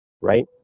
right